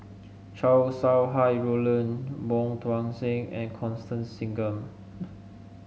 Chow Sau Hai Roland Wong Tuang Seng and Constance Singam